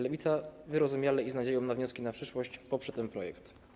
Lewica wyrozumiale i z nadzieją na wnioski na przyszłość poprze ten projekt.